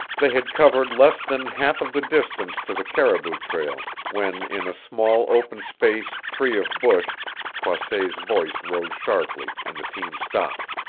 they had covered less than half of the distance to the caribou trail when in a small open space free of bush croisset's voice rose sharply and the team stopped.